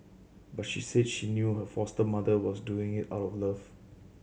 but she said she knew her foster mother was doing it out of love